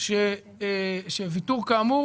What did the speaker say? שוויתור כאמור